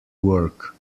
work